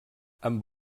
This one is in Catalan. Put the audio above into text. amb